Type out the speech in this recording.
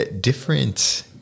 different